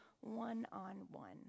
one-on-one